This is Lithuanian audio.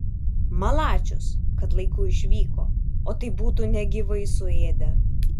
malačius kad laiku išvyko o tai būtų negyvai suėdę